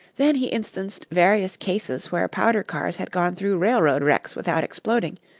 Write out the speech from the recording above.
then he instanced various cases where powder-cars had gone through railroad wrecks without exploding,